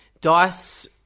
Dice